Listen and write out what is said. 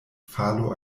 falo